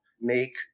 make